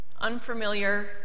unfamiliar